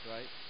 Right